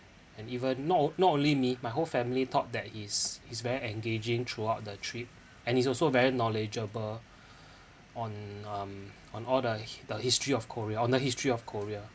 and even not o~ not only me my whole family thought that he's he's very engaging throughout the trip and he's also very knowledgeable on um on all the the history of korea on the history of korea